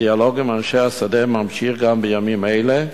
הדיאלוג עם אנשי השדה ממשיך גם בימים אלה,